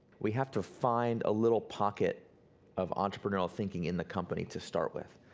we have to find a little pocket of entrepreneurial thinking in the company to start with.